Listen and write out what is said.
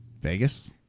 Vegas